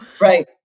Right